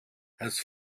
has